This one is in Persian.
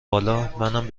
بالامنم